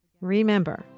Remember